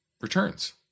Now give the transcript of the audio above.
returns